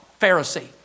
Pharisee